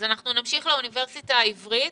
נמשיך לאוניברסיטה העברית,